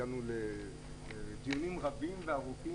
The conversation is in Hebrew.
הגענו לדיונים רבים וארוכים,